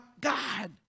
God